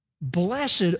blessed